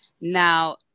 Now